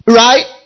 right